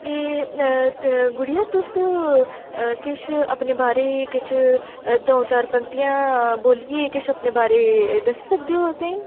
एह् गुड़िया तुस किश अपने बारै किश दो चार पंगतियां बोलियै किश अपने बारै ई दस्सी सकदे ओ असें ई